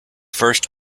first